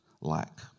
lack